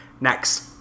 next